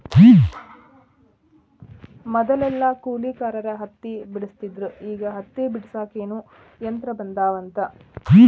ಮದಲೆಲ್ಲಾ ಕೂಲಿಕಾರರ ಹತ್ತಿ ಬೆಡಸ್ತಿದ್ರ ಈಗ ಹತ್ತಿ ಬಿಡಸಾಕುನು ಯಂತ್ರ ಬಂದಾವಂತ